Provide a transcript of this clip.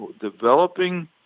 developing